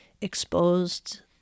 exposed